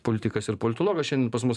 politikas ir politologas šiandien pas mus